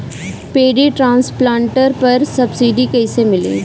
Paddy transplanter पर subsidy कैसे मिली?